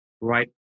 right